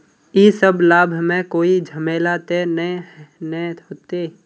इ सब लाभ में कोई झमेला ते नय ने होते?